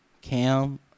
Cam